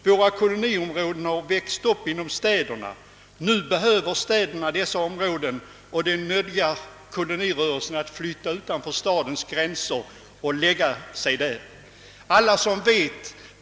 Våra koloniområden har växt upp inom städerna, men nu behöver städerna dessa områden och detta tvingar kolonirörelsen att i fortsättningen mera flytta utanför stadsgränserna.